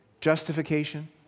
Justification